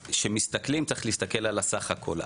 כשמסתכלים צריך להסתכל על הסך הכול.